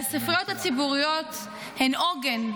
הספריות הציבוריות הן עוגן,